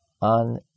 on